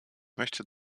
möchte